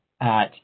at-